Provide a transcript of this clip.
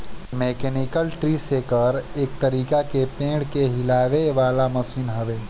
mechanical tree shaker एक तरीका के पेड़ के हिलावे वाला मशीन हवे